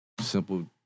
simple